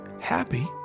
happy